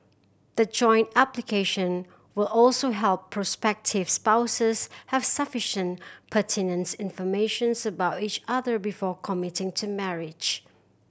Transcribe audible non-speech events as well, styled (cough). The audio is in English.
the joint application will also help prospective spouses have sufficient pertinent (unintelligible) informations about each other before committing to marriage